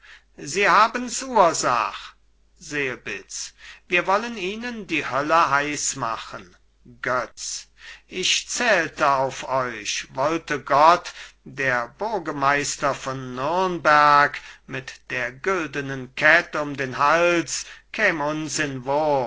sie haben's ursach selbitz wir wollen ihnen die hölle heiß machen götz ich zählte auf euch wollte gott der burgemeister von nürnberg mit der güldenen kett um den hals